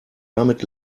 damit